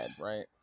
right